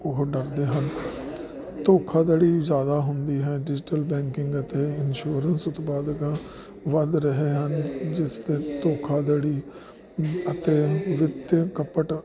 ਉਹ ਡਰਦੇ ਧੋਖਾਧੜੀ ਜਿਆਦਾ ਹੁੰਦੀ ਹੈ ਡਿਜੀਟਲ ਬੈਂਕਿੰਗ ਅਤੇ ਇਨਸ਼ੋਰੈਂਸ ਉਤਪਾਦਕ ਵੱਧ ਰਹੇ ਹਨ ਜਿਸ ਦੀ ਧੋਖਾਧੜੀ ਅਤੇ ਵਿੱਤ ਕਪਟ ਦਾ ਖਤਰਾ ਵੱਧ